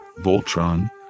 Voltron